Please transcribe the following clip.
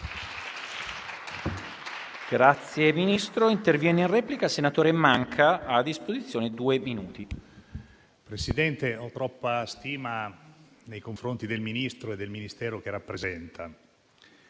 colleghi, ho troppa stima nei confronti del Ministro e del Ministero che rappresenta